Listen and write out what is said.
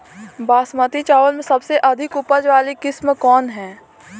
बासमती चावल में सबसे अधिक उपज वाली किस्म कौन है?